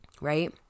right